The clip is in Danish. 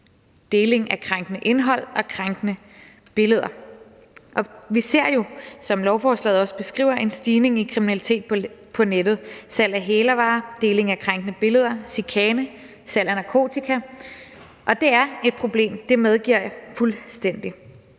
deling af krænkende indhold og krænkende billeder. Vi ser jo, som lovforslaget også beskriver, en stigning i kriminalitet på nettet: salg af hælervarer, deling af krænkende billeder, chikane, salg af narkotika, og det er et problem; det medgiver jeg fuldstændig.